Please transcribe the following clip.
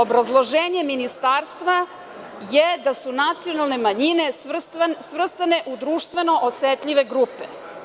Obrazloženje Ministarstva je da su nacionalne manjine svrstane u društveno osetljive grupe.